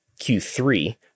Q3